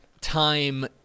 time